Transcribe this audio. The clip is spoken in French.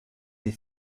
des